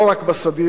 לא רק בסדיר,